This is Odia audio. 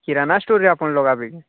କିରାନା ଷ୍ଟୋରରେ ଆପଣ ଲଗାଇବେ କି